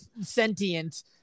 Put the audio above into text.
sentient